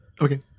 Okay